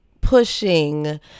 pushing